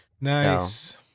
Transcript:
Nice